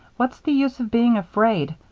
what's the use of being afraid?